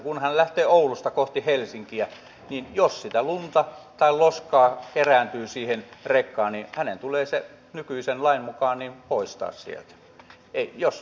kun hän lähtee oulusta kohti helsinkiä niin jos sitä lunta tai loskaa kerääntyy siihen rekkaan niin hänen tulee se nykyisen lain mukaan poistaa sieltä